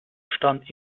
stand